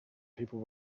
people